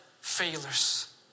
failures